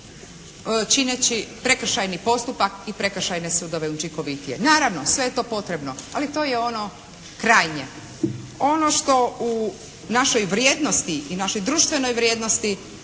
čineći prekršajni postupak i prekršajne sudove učinkovitije. Naravno, sve je to potrebno, ali to je ono krajnje. Ono što u našoj vrijednosti i našoj društvenoj vrijednosti